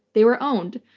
they were owned.